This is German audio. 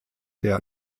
der